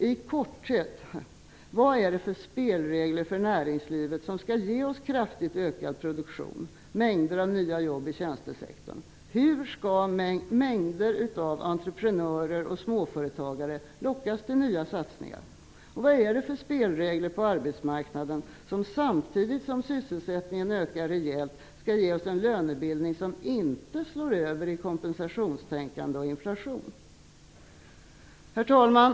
I korthet: Vad är det för spelregler för näringslivet som skall ge oss en kraftigt ökad produktion och en mängd nya jobb inom tjänstesektorn? Hur skall en mängd entreprenörer och småföretagare lockas till nya satsningar? Och vad är det för spelregler på arbetsmarknaden som, samtidigt som sysselsättningen rejält ökar, skall ge oss en lönebildning som inte slår över i kompensationstänkande och inflation? Herr talman!